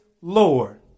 Lord